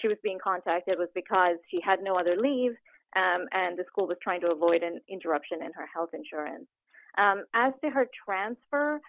she was being contacted was because she had no other leave and the school was trying to avoid an interruption in her health insurance as to her transfer